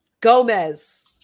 gomez